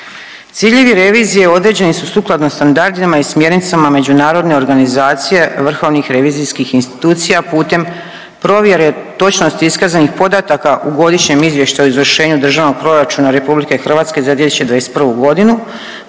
Ciljevi revizije određeni su sukladno standardima i smjernicama Međunarodne organizacije vrhovnih revizorskih institucija putem provjere točnosti iskazanih podataka u Godišnjem izvještaju o izvršenju Državnog proračuna RH za 2021. godinu.